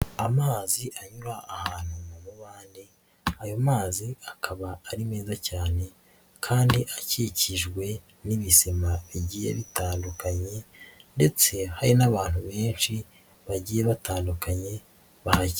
Amazi anyura ahantu mu mubande, ayo mazi akaba ari meza cyane kandi akikijwe n'ibisima bigiye bitandukanye ndetse hari n'abantu benshi bagiye batandukanye bahakikije.